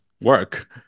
work